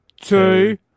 two